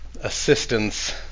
assistance